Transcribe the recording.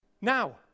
Now